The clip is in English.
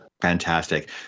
Fantastic